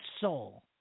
soul